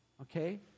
okay